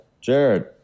Jared